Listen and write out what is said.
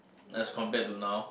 let's compare to now